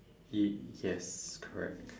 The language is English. y~ yes correct